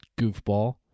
goofball